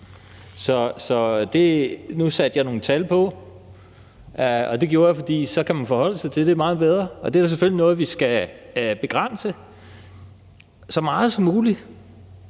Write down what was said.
kr. Nu satte jeg nogle tal på, og det gjorde jeg, fordi man så meget bedre kan forholde sig til det. Og det er da selvfølgelig noget, vi skal begrænse så meget som muligt,